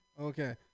okay